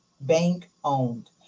bank-owned